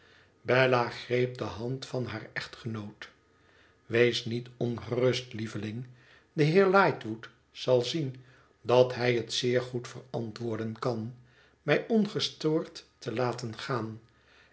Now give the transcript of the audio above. bella greep de hand van haar echtgenoot wees niet ongerust lieveling de heer lightwood zal zien dat hij het zeer goed verantwoorden kan mij ongestoord te laten gaan